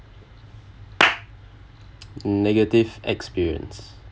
negative experience